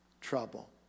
trouble